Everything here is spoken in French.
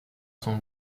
son